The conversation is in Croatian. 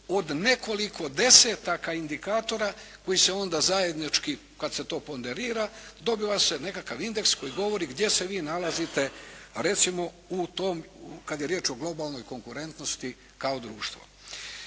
od nekoliko desetaka indikatora koji se onda zajednički kad se to ponderira dobiva se nekakav indeks koji govori gdje se vi nalazite recimo u tom, kad je riječ o globalnoj konkurentnosti kao društvo.